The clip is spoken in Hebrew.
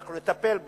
אנחנו נטפל בו.